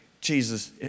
Jesus